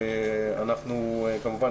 כמובן